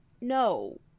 no